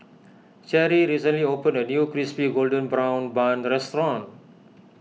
Cherry recently opened a new Crispy Golden Brown Bun restaurant